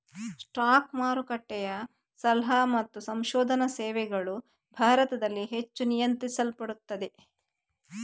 stock ಮಾರುಕಟ್ಟೆಯ ಸಲಹಾ ಮತ್ತು ಸಂಶೋಧನಾ ಸೇವೆಗಳು ಭಾರತದಲ್ಲಿ ಹೆಚ್ಚು ನಿಯಂತ್ರಿಸಲ್ಪಡುತ್ತವೆ